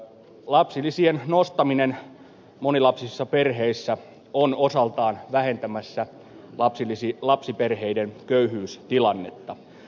lapsilisien nostaminen monilapsisissa perheissä on osaltaan vähentämässä lapsiperheiden köyhyystilannetta